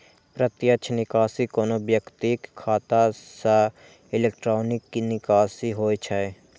प्रत्यक्ष निकासी कोनो व्यक्तिक खाता सं इलेक्ट्रॉनिक निकासी होइ छै